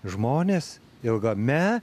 žmones ilgame